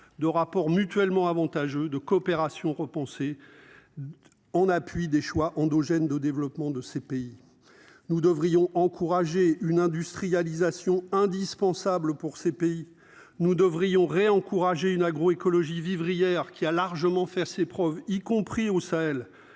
de rapport mutuellement avantageux de coopération repenser. En appui des choix endogène de développement de ces pays. Nous devrions encourager une industrialisation indispensables pour ces pays nous devrions Ray encourager une agro-écologie vivrières qui a largement faire ses preuves, y compris au Sahel.